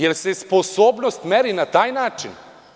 Jel se sposobnost meri na taj način?